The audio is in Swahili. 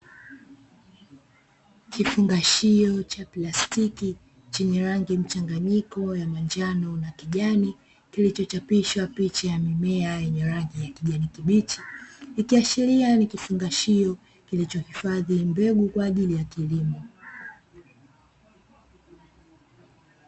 Kifungashio cha plastiki chenye rangi mchanganyiko, ya manjano na kijani, kilichochapishwa picha ya mimea yenye rangi ya kijani kibichi, ikiashiria kuwa ni kifungashio kilichohifadhi mbegu kwa ajili ya kilimo.